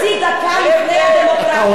אתם מדברים דברי הבל.